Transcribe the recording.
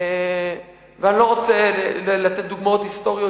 ואני לא רוצה לתת דוגמאות היסטוריות,